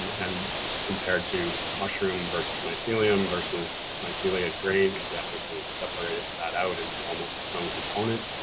and compared to mushroom versus mycelium, versus mycelia grains, you have to kind of separate that out into almost its own component.